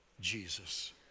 Jesus